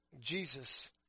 Jesus